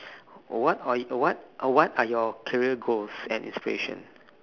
what are y~ what a~ what are your career goals and aspiration